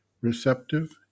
receptive